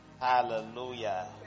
Hallelujah